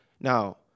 Now